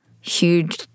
huge